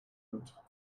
night